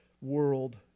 world